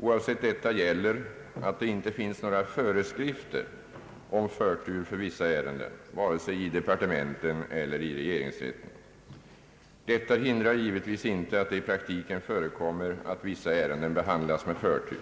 Oavsett detta gäller att det inte finns några föreskrifter om förtur för vissa ärenden vare sig i departementen eller i regeringsrätten. Detta hindrar givetvis inte att det i praktiken förekommer att vissa ärenden behandlas med förtur.